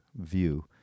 view